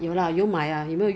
!wah! 蛮大瓶的 leh